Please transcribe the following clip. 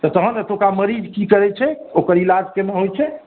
तऽ तहन एतुका मरीज की करै छै ओकर इलाज केना होइ छै